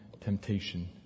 temptation